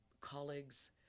colleagues